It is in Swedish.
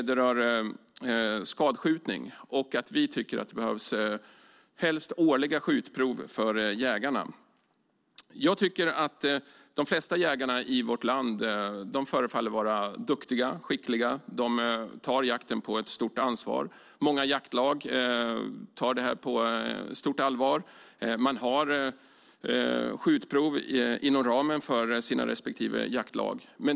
Den rör skadskjutning. Vi tycker att det behövs helst årliga skjutprov för jägarna. De flesta jägare i vårt land förefaller vara duktiga, skickliga och tar stort ansvar för jakten. Många jaktlag tar jakten på stort allvar och har skjutprov inom ramen för sina respektive jaktlag.